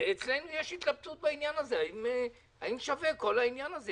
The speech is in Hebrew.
אצלנו יש התלבטות, האם שווה כל העניין הזה.